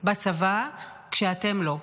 בצבא כשאתם לא?